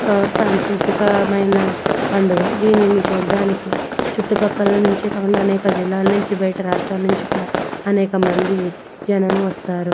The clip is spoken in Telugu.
సాంస్కృతికమైన పండుగ దీనిని చూడడానికి చుట్టుపక్కల నుంచి అనేక జిల్లాల నుంచి బయట రాష్ట్రాల నుంచి కూడా అనేక మంది జనం వస్తారు